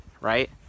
right